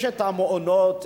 יש המעונות,